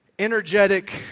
energetic